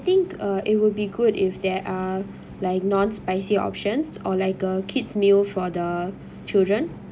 think uh it will be good if there are like non spicy options or like a kid's meal for the children